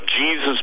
Jesus